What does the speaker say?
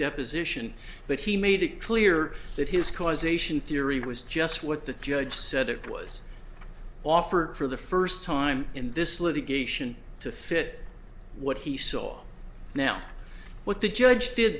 deposition but he made it clear that his causation theory was just what the judge said it was offered for the first time in this litigation to fit what he saw now what the judge did